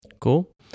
Cool